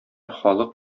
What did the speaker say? халык